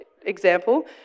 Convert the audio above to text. example